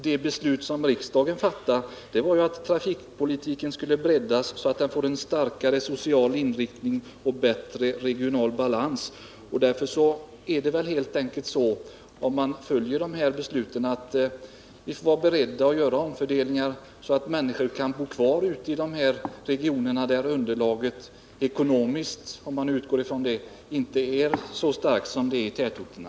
Det beslut som riksdagen fattade innebar att trafikpolitiken skulle breddas så att den får en starkare social inriktning och så att vi får en bättre regional balans, och mot den bakgrunden måste vi helt enkelt vara beredda att göra omfördelningar så att människor kan bo kvar även i de regioner där det ekonomiska underlaget inte är så starkt som i tätorterna.